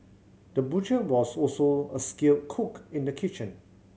the butcher was also a skilled cook in the kitchen